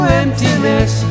emptiness